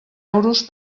euros